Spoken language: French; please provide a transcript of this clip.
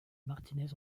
martinez